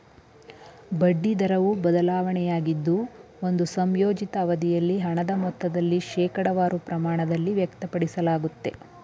ಬಡ್ಡಿ ದರವು ಬದಲಾವಣೆಯಾಗಿದ್ದು ಒಂದು ಸಂಯೋಜಿತ ಅವಧಿಯಲ್ಲಿ ಹಣದ ಮೊತ್ತದಲ್ಲಿ ಶೇಕಡವಾರು ಪ್ರಮಾಣದಲ್ಲಿ ವ್ಯಕ್ತಪಡಿಸಲಾಗುತ್ತೆ